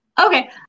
Okay